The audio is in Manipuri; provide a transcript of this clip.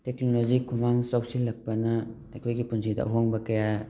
ꯇꯦꯀ꯭ꯅꯣꯂꯣꯖꯤ ꯈꯨꯃꯥꯡ ꯆꯥꯎꯁꯤꯜꯂꯛꯄꯅ ꯑꯩꯈꯣꯏꯒꯤ ꯄꯨꯟꯁꯤꯗ ꯑꯍꯣꯡꯕ ꯀꯌꯥ